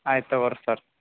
ಆಯ್ತು ತೊಗೋ ರೀ ಸರ್